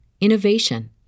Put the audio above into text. innovation